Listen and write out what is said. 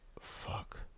fuck